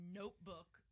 notebook